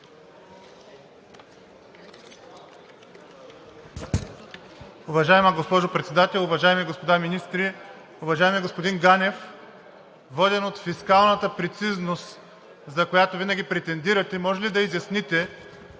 Уважаема госпожо Председател, уважаеми господа министри! Уважаеми господин Ганев, воден от фискалната прецизност, за която винаги претендирате, може ли да изясните